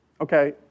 okay